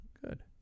Good